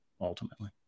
ultimately